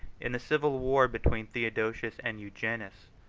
in the civil war between theodosius and eugenius,